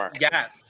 yes